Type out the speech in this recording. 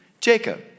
Jacob